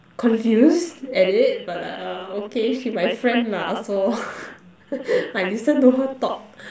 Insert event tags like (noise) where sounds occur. confused at it but uh okay she my friend mah so (laughs) I listen to her talk